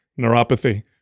neuropathy